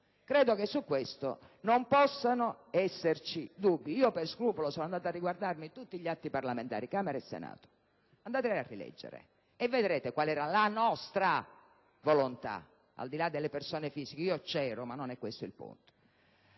Credo che su questo non possano esserci dubbi. Per scrupolo sono andata a riguardarmi tutti gli atti parlamentari di Camera e Senato. Andateveli a rileggere e vedrete qual era la nostra volontà, al di là delle persone fisiche; io c'ero, ma non è questo il punto.